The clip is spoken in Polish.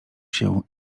się